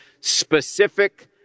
specific